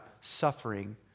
suffering